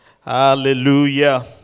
Hallelujah